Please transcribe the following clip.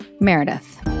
Meredith